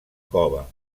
cova